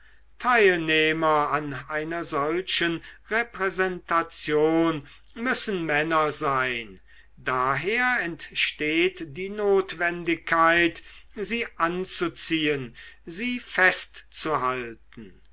teilnehmer an einer solchen repräsentation müssen männer sein daher entsteht die notwendigkeit sie anzuziehen sie festzuhalten